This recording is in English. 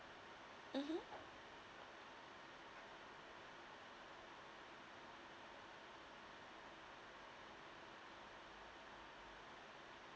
mmhmm